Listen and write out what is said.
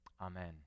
Amen